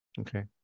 Okay